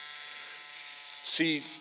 See